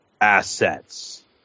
assets